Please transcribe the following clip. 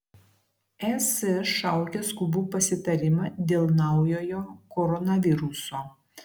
es šaukia skubų pasitarimą dėl naujojo koronaviruso